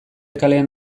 kalean